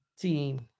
Team